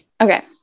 Okay